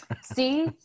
See